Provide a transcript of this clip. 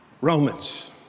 Romans